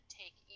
take